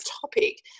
topic